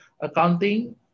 accounting